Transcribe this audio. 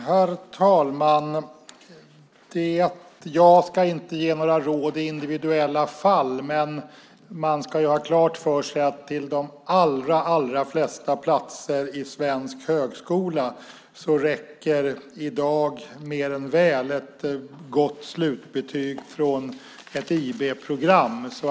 Herr talman! Jag ska inte ge några råd i individuella fall, men man ska ju ha klart för sig att till de allra flesta platser i svensk högskola räcker i dag mer än väl ett gott slutbetyg från ett IB-program.